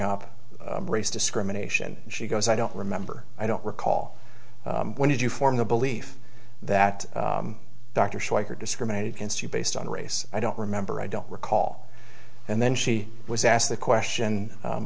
up race discrimination and she goes i don't remember i don't recall when did you form the belief that dr schweiker discriminated against you based on race i don't remember i don't recall and then she was asked the question